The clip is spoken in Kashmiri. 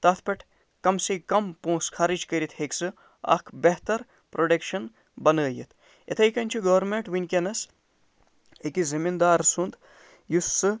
تَتھ پٮ۪ٹھ کَم سے کَم پونٛسہٕ خَرٕچ کٔرِتھ ہیٚکہِ سُہ اکھ بہتر پرٛوڈَکشَن بَنٲوِتھ یِتھے کٔنۍ چھُ گورمیٚنٛٹ ؤُنٛکیٚس أکِس زٔمیٖندار سُنٛد یُس سُہ